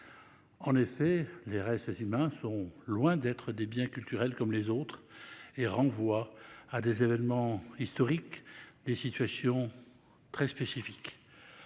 En effet, les restes humains sont loin d'être des biens culturels comme les autres et renvoient à des événements historiques et à des situations très spécifiques.